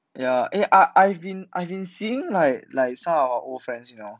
ya eh I I been I been seeing like like some of our old friends you know